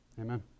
Amen